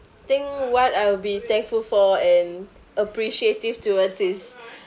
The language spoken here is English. thing what I'll be thankful for and appreciative towards is